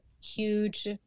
huge